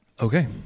Okay